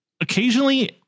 occasionally